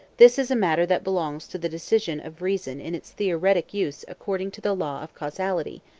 this is a matter that belongs to the decision of reason in its theoretic use according to the law of causality,